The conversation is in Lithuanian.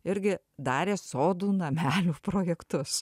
irgi darė sodų namelių projektus